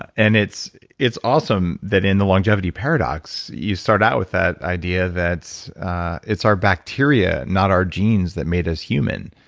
and it's it's awesome that in the longevity paradox you start out with that idea that it's our bacteria, not our genes, that made us human.